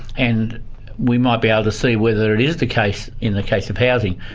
and we might be able to see whether it is the case in the case of housing,